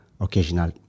occasional